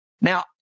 Now